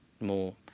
more